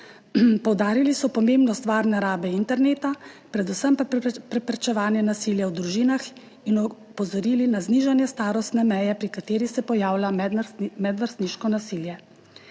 Poudarili so pomembnost varne rabe interneta, predvsem pa preprečevanje nasilja v družinah, in opozorili na znižanje starostne meje, pri kateri se pojavlja medvrstniško nasilje.